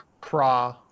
Craw